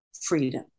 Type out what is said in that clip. freedom